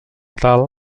tal